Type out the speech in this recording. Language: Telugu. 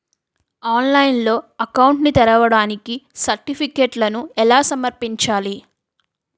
ఆన్లైన్లో అకౌంట్ ని తెరవడానికి సర్టిఫికెట్లను ఎలా సమర్పించాలి?